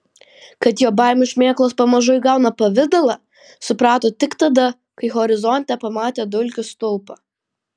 kad jo baimių šmėklos pamažu įgauna pavidalą suprato tik tada kai horizonte pamatė dulkių stulpą